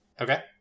Okay